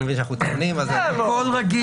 אני מבין שאנחנו --- הכול רגיש...